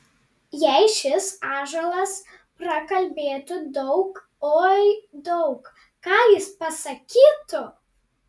jei šis ąžuolas prakalbėtų daug oi daug ką jis pasakytų